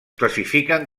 classifiquen